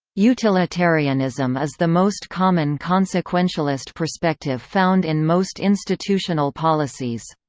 utilitarianism is the most common consequentialist perspective found in most institutional policies.